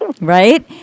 Right